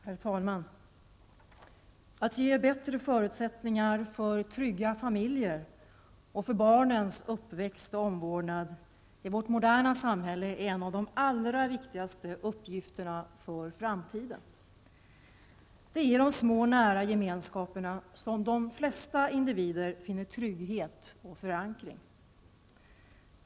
Herr talman! ''Att ge bättre förutsättningar för trygga familjer och för barnens uppväxt och omvårdnad i vårt moderna samhälle är en av de allra viktigaste uppgifterna för framtiden. Det är i de små nära gemenskaperna som de flesta individer finner trygghet och förankring.